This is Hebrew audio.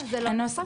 לא, זה לא נכון.